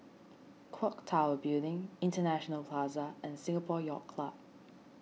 Clock Tower Building International Plaza and Singapore Yacht Club